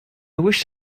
wished